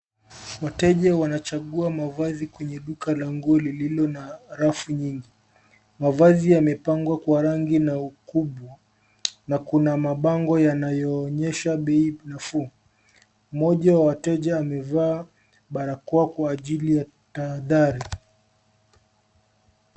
Wateja wanachagua mavazi kwenye duka la nguo lililo na rafu nyingi. Mavazi yamepangwa kwa rangi na ukubwa na kuna mabango yanayoonyesha bei nafuu. Mmoja wa wateja amevaa barakoa kwa ajili ya tahadhari.